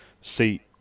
seat